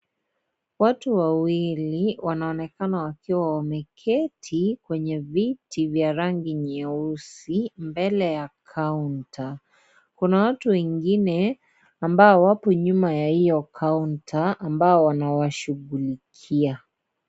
Watu wawili, wanaonekana wakiwa wameketi kwenye viti vya rangi nyeusi, mbele ya kaunta. Kuna watu wengine, ambao wapo nyuma ya hiyo kaunta ambao wanawashughulikia.